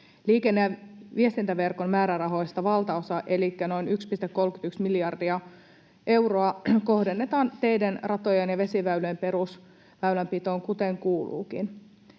Liikenne‑ ja viestintäverkon määrärahoista valtaosa elikkä noin 1,31 miljardia euroa kohdennetaan teiden, ratojen ja vesiväylien perusväylänpitoon, kuten kuuluukin.